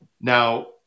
now